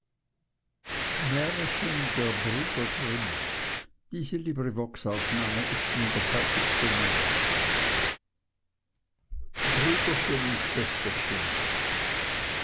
brüderchen und schwesterchen